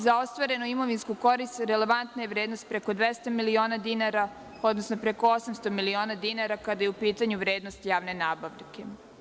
Za ostvarenu imovinsku korist relevantna je vrednost preko 200 miliona dinara, odnosno preko 800 miliona dinara kada je u pitanju vrednost javne nabavke.